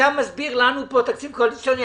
אתה מסביר לנו על תקציב קואליציוני,